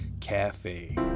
Cafe